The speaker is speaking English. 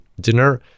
dinner